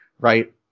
right